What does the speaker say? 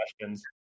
questions